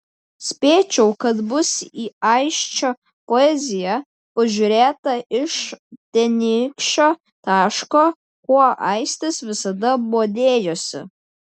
spėčiau kad bus į aisčio poeziją pažiūrėta iš tenykščio taško kuo aistis visada bodėjosi